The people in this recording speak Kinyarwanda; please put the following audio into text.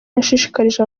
yashishikarije